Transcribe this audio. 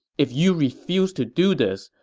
if you refuse to do this,